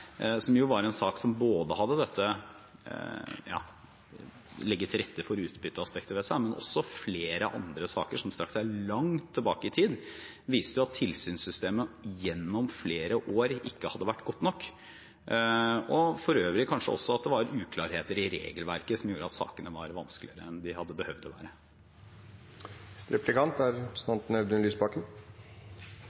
som flere omtalte, viste, var at det var en sak som hadde aspektet med å legge til rette for utbytte, i seg. Men også flere andre saker som strakte seg langt tilbake i tid, viste at tilsynssystemet gjennom flere år ikke hadde vært godt nok – for øvrig kanskje også at det var uklarheter i regelverket som gjorde at sakene var vanskeligere enn de hadde behøvd å